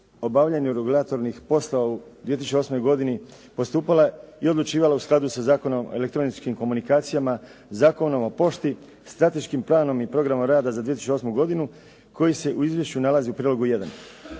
obavljanje regulatornih poslova u 2008. godini postupala i odlučivala u skladu sa Zakonom o elektroničkim komunikacijama, Zakonom o pošti, Strateškim planom i programom rada za 2008. godinu koji se u izvješću nalazi u prilogu 1.